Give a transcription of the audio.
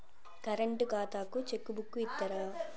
Current ఖాతాకు cheque book ఇత్తరా?